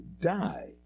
die